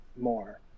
more